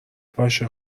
باشه